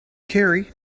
cary